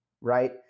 right